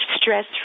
stress